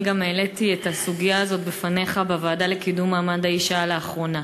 אני גם העליתי את הסוגיה הזאת בפניך בוועדה לקידום מעמד האישה לאחרונה.